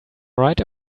right